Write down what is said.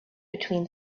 between